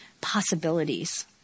possibilities